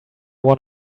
one